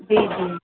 जी जी